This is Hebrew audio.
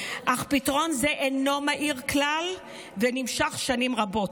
אך פתרון זה אינו מהיר כלל ונמשך שנים רבות.